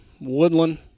Woodland